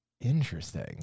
Interesting